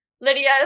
Lydia